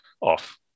off